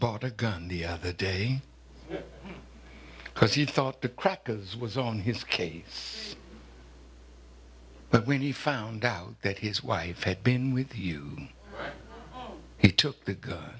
bought a gun the other day because he thought the crackers was on his case but when you found out that his wife had been with you he took the go